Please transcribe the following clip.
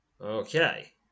Okay